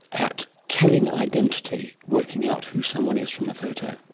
at telling identity, working out who someone is from a photo?